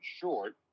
short